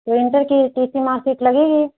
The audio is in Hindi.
तो इंटर की टी सी मार्कशीट लगेगी